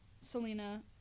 Selena